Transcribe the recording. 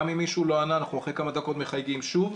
גם אם מישהו לא ענה אנחנו אחרי כמה דקות מחייגים שוב,